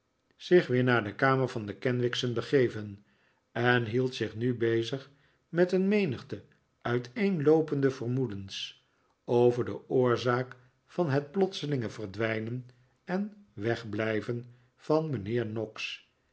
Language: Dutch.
zich weer naar de kamer van de kenwigs'en begeven en hield zich nu bezig met een menigte uiteenloopende vermoedens over de oorzaak van het plotselinge verdwijnen en wegblijven van mijnheer noggs